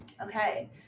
Okay